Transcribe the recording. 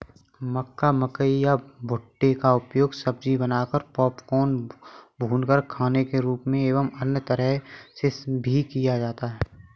मक्का, मकई या भुट्टे का उपयोग सब्जी बनाकर, पॉपकॉर्न, भूनकर खाने के रूप में एवं अन्य तरह से भी किया जाता है